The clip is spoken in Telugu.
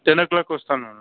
టెన్ ఓ క్లాక్కి వస్తాను మేడం